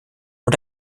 und